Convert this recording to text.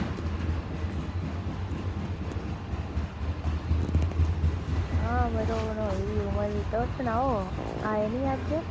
हां मड़ो होई दी उमर तुस सनाओ आए निं अज्ज